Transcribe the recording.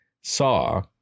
saw